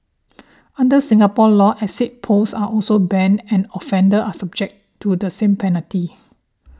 under Singapore law exit polls are also banned and offenders are subject to the same penalty